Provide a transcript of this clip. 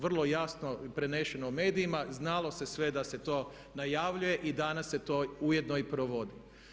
Vrlo jasno preneseno u medijima, znalo se sve da se to najavljuje i danas se to ujedno i provodi.